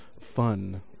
fun